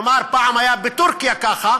פעם היה בטורקיה ככה,